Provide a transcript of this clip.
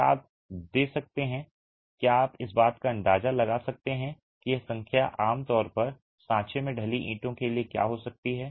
क्या आप दे सकते हैं क्या आप इस बात का अंदाजा लगा सकते हैं कि यह संख्या आमतौर पर साँचे में ढली ईंटों के लिए क्या हो सकती है